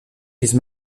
crise